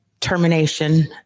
termination